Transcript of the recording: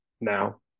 now